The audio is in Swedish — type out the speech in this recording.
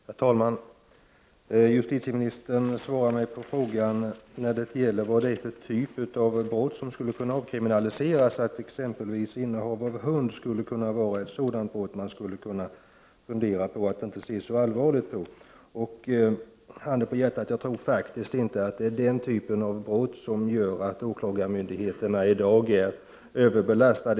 Herr talman! Justitieministern svarade på min fråga om vad det är för typ av brott som skulle kunna avkriminaliseras, att det t.ex. skulle kunna bli fråga om innehav av hund, att man skulle kunna fundera på att inte se så allvarligt på detta. Handen på hjärtat — jag tror faktiskt inte att det är den typen av brott som gör att åklagarmyndigheterna i dag är överbelastade.